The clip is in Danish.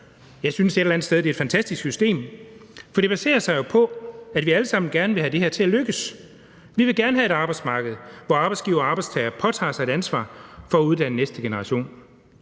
andet sted, at det er et fantastisk system, for det baserer sig jo på, at vi alle sammen gerne vil have det her til at lykkes. Vi vil gerne have et arbejdsmarked, hvor arbejdsgiver og arbejdstager påtager sig et ansvar for at uddanne næste generation.